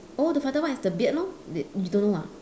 oh the father one is the beard lor d~ you don't know ah